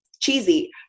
cheesy